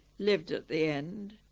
lived at the end.